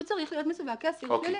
הוא צריך להיות מסווג כאסיר פלילי.